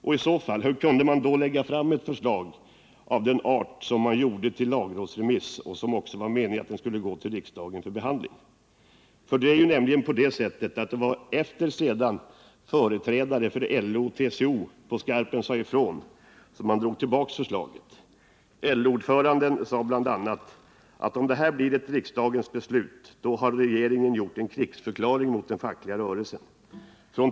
Och i så fall: Hur kunde man då skicka ett förslag av den arten på lagrådsremiss? Det var meningen att det också skulle gå till riksdagen för behandling. Det var först efter det att företrädare för LO och TCO på skarpen sagt ifrån som man drog tillbaka förslaget. LO ordföranden sade bl.a. att om det här blir ett riksdagens beslut då har regeringen gjort en krigsförklaring mot den fackliga rörelsen.